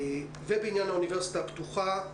בעניין האוניברסיטה הפתוחה,